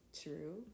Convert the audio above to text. true